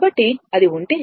కాబట్టి అది ఉంటే